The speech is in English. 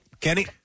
Kenny